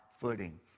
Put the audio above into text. footing